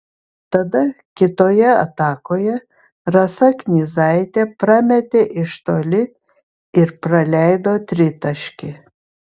tada kitoje atakoje rasa knyzaitė prametė iš toli ir praleido tritaškį